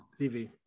TV